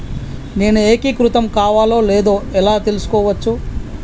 నేను ఏకీకృతం కావాలో లేదో ఎలా తెలుసుకోవచ్చు?